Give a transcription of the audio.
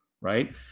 right